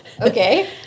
Okay